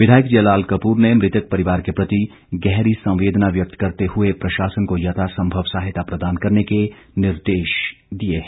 विधायक जियालाल कपूर ने मृतक परिवार के प्रति गहरी संवेदना व्यक्त करते हुए प्रशासन को यथासंभव सहायता प्रदान करने के निर्देश दिए गए हैं